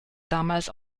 damals